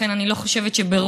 ואכן אני לא חושבת שברוע,